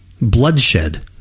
bloodshed